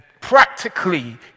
practically